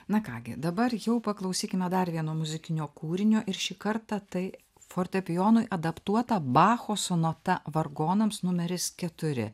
na ką gi dabar jau paklausykime dar vieno muzikinio kūrinio ir šį kartą tai fortepijonui adaptuota bacho sonata vargonams numeris keturi